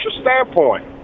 standpoint